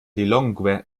lilongwe